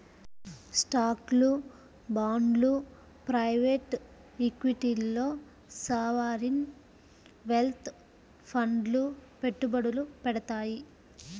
స్టాక్లు, బాండ్లు ప్రైవేట్ ఈక్విటీల్లో సావరీన్ వెల్త్ ఫండ్లు పెట్టుబడులు పెడతాయి